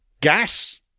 Gas